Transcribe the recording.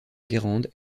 guérande